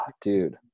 dude